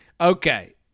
Okay